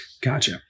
Gotcha